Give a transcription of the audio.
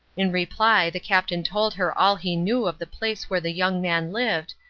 in reply the captain told her all he knew of the place where the young man lived,